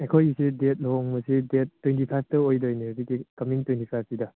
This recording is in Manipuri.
ꯑꯩꯈꯣꯏꯒꯤꯁꯦ ꯗꯦꯗ ꯂꯨꯍꯣꯡꯕꯁꯤ ꯗꯦꯗ ꯇ꯭ꯋꯦꯟꯇꯤ ꯐꯥꯏꯕꯇ ꯑꯣꯏꯗꯣꯏꯅꯦ ꯍꯧꯖꯤꯛꯀꯤ ꯀꯃꯤꯡ ꯇ꯭ꯋꯦꯟꯇꯤ ꯐꯥꯏꯕꯁꯤꯗ